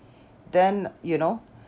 then you know